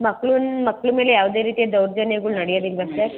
ಮಕ್ಳನ್ನ ಮಕ್ಳು ಮೇಲೆ ಯಾವ್ದೇ ರೀತಿಯ ದೌರ್ಜನ್ಯಗಳು ನಡೆಯೋದಿಲ್ಲವಾ ಸರ್